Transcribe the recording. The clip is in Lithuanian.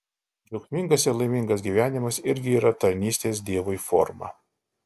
džiaugsmingas ir laimingas gyvenimas irgi yra tarnystės dievui forma